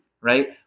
right